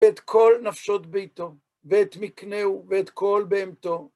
ואת כל נפשות ביתו, ואת מקנהו, ואת כל בהמתו.